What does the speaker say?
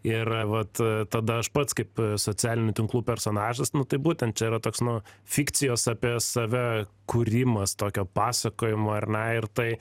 ir vat tada aš pats kaip socialinių tinklų personažas nu tai būtent čia yra toks nu fikcijos apie save kūrimas tokio pasakojimo ar ne ir tai